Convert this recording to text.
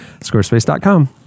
Squarespace.com